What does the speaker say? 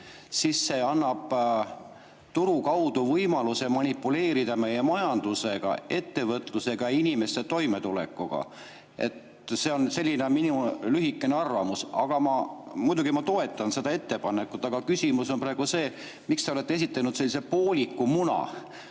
siis see annab turu kaudu võimaluse manipuleerida meie majandusega, ettevõtlusega, inimeste toimetulekuga. See on minu lühikene arvamus. Ma muidugi toetan seda ettepanekut, aga küsimus on see: miks te olete esitanud sellise pooliku muna?